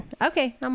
Okay